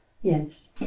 Yes